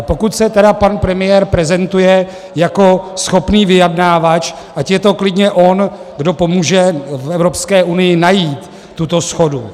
Pokud se tedy pan premiér prezentuje jako schopný vyjednávač, ať je to klidně on, kdo pomůže Evropské unii najít tuto shodu.